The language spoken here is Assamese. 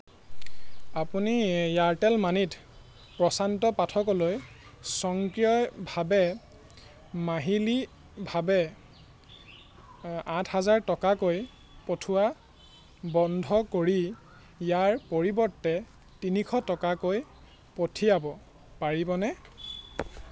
আপুনি এয়াৰটেল মানিত প্ৰশান্ত পাঠকলৈ স্বয়ংক্ৰিয়ভাৱে মাহিলীভাৱে আঠ হাজাৰ টকাকৈ পঠিওৱা বন্ধ কৰি ইয়াৰ পৰিৱৰ্তে তিনিশ টকাকৈ পঠিয়াব পাৰিবনে